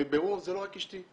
זה לא רק אשתי,